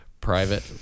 private